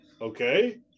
Okay